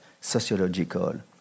sociological